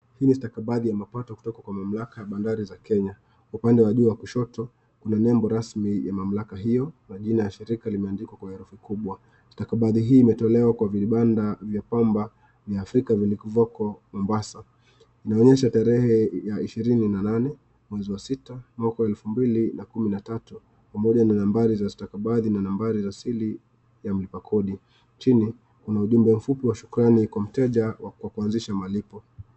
Hii ni stakabadhi ya mapato kutoka kwa mamlaka ya bandari za Kenya. Upande wa juu wa kushoto kuna nembo rasmi ya mamlaka hiyo na jina la shirika limeandikwa kwa herufi kubwa. Stakabadhi hii imetolewa kwa vibanda vya pamba vya Afrika vilivyoko Mombasa. Inaonyesha tarehe ya ishirini na nane mwezi wa sita mwaka wa elfu mbili na kumi na tatu, pamoja na nambari za stakabadhi na nambari za siri ya mlipa kodi. Chini kuna ujumbe mfupi wa shukrani kwa mteja kwa kuanzisha malipo.